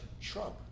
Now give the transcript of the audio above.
Trump